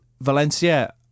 Valencia